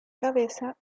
cabeza